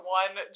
one